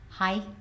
Hi